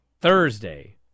Thursday